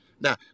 now